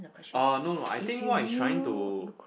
orh no no I think what he's trying to